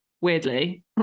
Weirdly